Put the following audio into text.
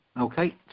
Okay